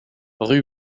rue